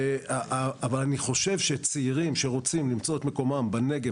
אבל אני חושב שצעירים שרוצים למצוא את מקומם בנגב